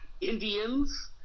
Indians